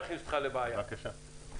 בבקשה.